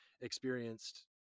experienced